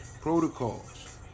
...protocols